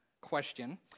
question